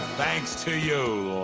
thanks to you,